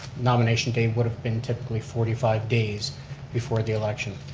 nomination day would have been typically forty five days before the election.